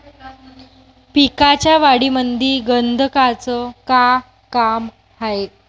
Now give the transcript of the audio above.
पिकाच्या वाढीमंदी गंधकाचं का काम हाये?